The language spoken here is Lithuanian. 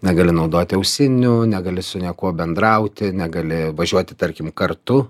negali naudoti ausinių negali su niekuo bendrauti negali važiuoti tarkim kartu